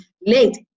late